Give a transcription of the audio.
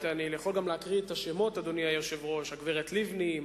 אני יכול גם להקריא את השמות: הגברת לבני,